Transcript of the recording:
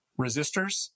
resistors